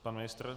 Pan ministr?